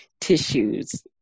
tissues